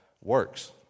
works